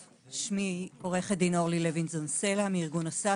אני עו"ד אורלי לוינזון סלע לארגון אס"ף,